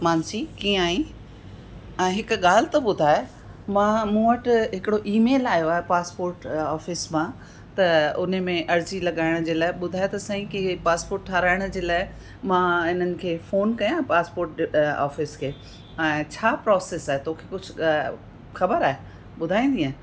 मानसी कीअं आहीं ऐं हिकु ॻाल्हि त ॿुधाए मां मूं वटि हिकिड़ो ई मेल आयो आहे पासपोर्ट ऑफ़िस मां त उने में अर्ज़ी लॻाइण जे लाइ ॿुधाए त सही कि पासपोर्ट ठाहिराइण जे लाइ मां इन्हनि खे फ़ोन कयां पासपोर्ट ऑफ़िस खे ऐं छा प्रोसेस आहे तोखे कुझु ख़बर आहे ॿुधाईंदीअं